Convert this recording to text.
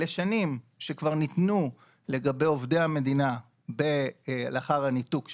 אלה שנים שכבר ניתנו לגבי עובדי המדינה לאחר הניתוק שלהם.